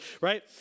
right